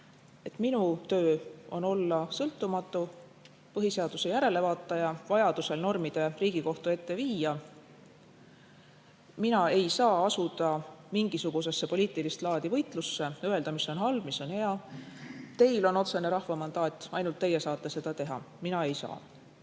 et minu töö on olla põhiseaduse sõltumatu järelevaataja, vajadusel normide Riigikohtu ette viija. Mina ei saa asuda mingisugusesse poliitilist laadi võitlusse, öelda, mis on halb, mis on hea. Teil on otsene rahva mandaat, ainult teie saate seda teha. Põhiseadust